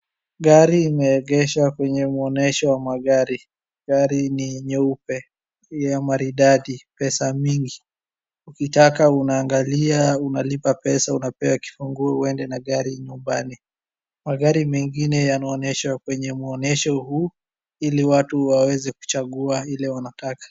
Gari imeegeshwa kwenye muonyesho ya magari, gari ni nyeupe ya maridadi pesa mingi. Ukitaka unaangalia unalipa pesa unapewa kifunguo uende na gari nyumbani. Magari mengine yanaoneshwa kwenye muonyesho huu ili watu waweze kuchagua ile wanataka.